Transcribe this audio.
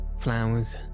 Flowers